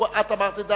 את אמרת את דעתך,